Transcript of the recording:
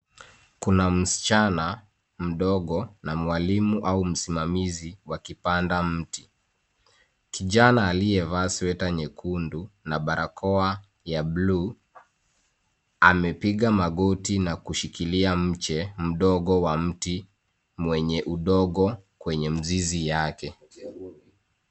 Kuna msichana mdogo na mwalimu au msimamizi wakipanda mti. Kijana aliyevaa sweta nyekundu na barakoa ya buluu amepiga magoti na kushikilia mche mdogo wa mti mwenye udongo kwenye mzizi yake.